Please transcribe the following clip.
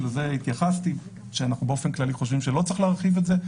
ולזה התייחסתי כשאמרתי שבאופן כללי אנחנו לא חושבים שצריך להרחיב את זה.